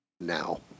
now